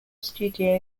studio